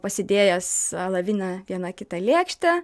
pasidėjęs alavinę vieną kitą lėkštę